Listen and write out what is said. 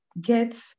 Get